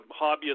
Hobbyist